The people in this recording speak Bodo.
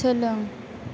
सोलों